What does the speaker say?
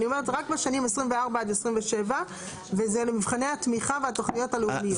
זה רק בשנים 24' עד 27' וזה למבחני התמיכה והתכניות הלאומיות.